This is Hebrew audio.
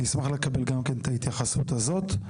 אני אשמח לקבל גם כן את ההתייחסות הזאת.